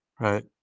Right